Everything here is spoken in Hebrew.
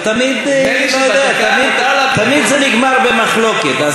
ותמיד זה נגמר במחלוקת.